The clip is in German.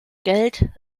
geld